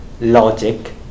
logic